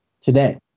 today